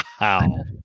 Wow